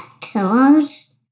Pillows